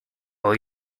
will